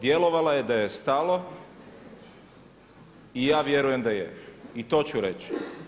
Djelovala je da joj je stalo i ja vjerujem da je i to ću reći.